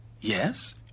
Yes